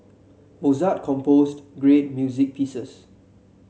Mozart composed great music pieces